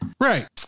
Right